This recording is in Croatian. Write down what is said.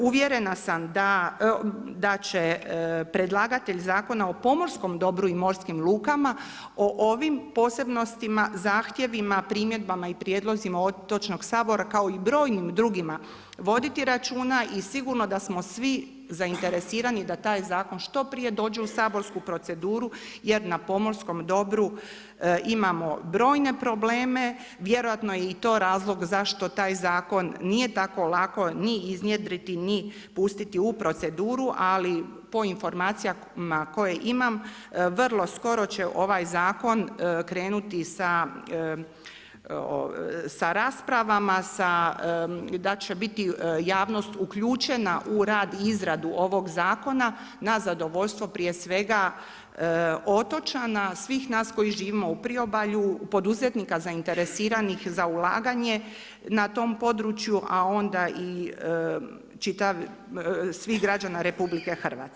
Uvjerena sam da će predlagatelj Zakona o pomorskom dobru i morskim lukama o ovim posebnostima, zahtjevima, primjedbama i prijedlozima Otočnog sabora kao i brojnim drugima voditi računa i sigurna sam da smo svi zainteresirani da taj zakon što prije dođe u saborsku proceduru, jer na pomorskom dobru imamo brojne probleme, vjerojatno je i to razlog zašto taj zakon nije tako lako ni iznjedriti ni pustiti u proceduru, ali po informacijama koje imam, vrlo skoro će ovaj zakon krenuti sa raspravama, da će biti javnost uključena u rad i izradu ovog zakona, na zadovoljstvo, prije svega otočana, svih nas koji živimo u priobalja, poduzetnika zainteresiranih za ulaganje na tom području, a onda i svih građana RH.